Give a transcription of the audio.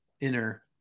inner